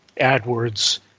AdWords